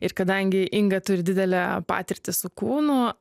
ir kadangi inga turi didelę patirtį su kūnu